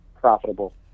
profitable